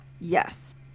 yes